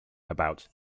about